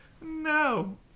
No